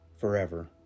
forever